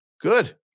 Good